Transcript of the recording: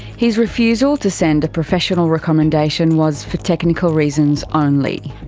his refusal to send a professional recommendation was for technical reasons only.